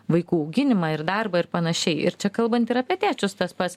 vaikų auginimą ir darbą ir panašiai ir čia kalbant ir apie tėčius tas pats